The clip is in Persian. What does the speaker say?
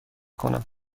کنم